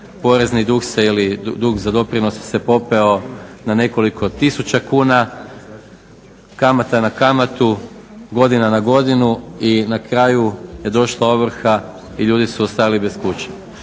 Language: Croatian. se ili dug za doprinose se popeo na nekoliko tisuća kuna. Kamata na kamatu, godina na godinu i na kraju je došla ovrha i ljudi su ostajali bez kuće.